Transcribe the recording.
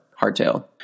hardtail